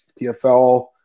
PFL